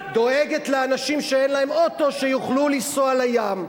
דואגת לאנשים שאין להם אוטו, שיוכלו לנסוע לים.